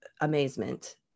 amazement